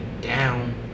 down